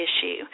issue